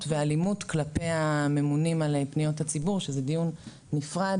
ואלימות כלפי הממונים על פניות הציבור שזה דיון נפרד